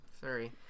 sorry